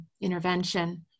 Intervention